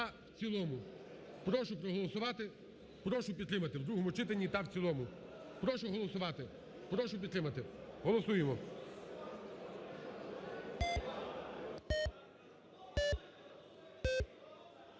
Прошу проголосувати, прошу підтримати в другому читанні та в цілому. Прошу голосувати. Прошу підтримати. Голосуємо.